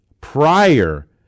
prior